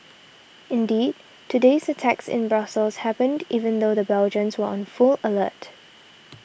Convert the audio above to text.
indeed today's attacks in Brussels happened even though the Belgians were on full alert